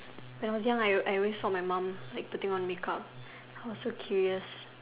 when I was young I I always saw my mom like putting on makeup I was so curious